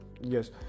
yes